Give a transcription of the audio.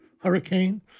Hurricane